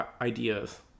ideas